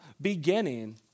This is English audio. beginning